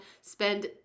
spend